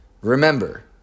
Remember